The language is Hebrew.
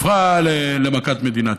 הפכה למכת מדינה.